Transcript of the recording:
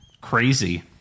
Crazy